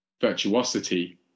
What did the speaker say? virtuosity